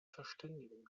verständigen